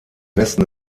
westen